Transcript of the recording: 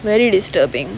very disturbing